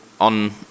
on